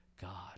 God